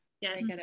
Yes